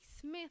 Smith